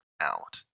out